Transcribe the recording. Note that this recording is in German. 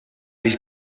ich